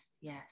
yes